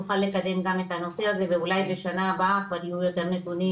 נוכל לקדם גם את הנושא הזה ואולי בשעה הבאה כבר יהיו יותר נתונים,